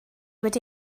wedi